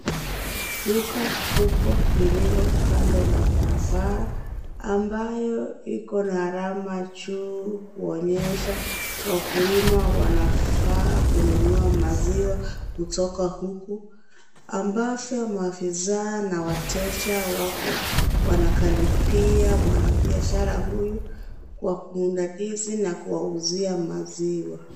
Duka kubwa lililo kando la barabara ambayo iko na alama juu; kuonyesha wakulima wanafaa kununua maziwa kutoka huku ambapo maafisa na wateja wako wanakaribia mwanabiashara huyu kwa kumdadisi na kuwauzia maziwa.